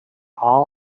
all